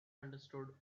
understood